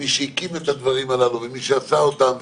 ומי שהקים את הדברים הללו ומי שעשה אותם,